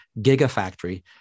gigafactory